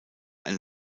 ein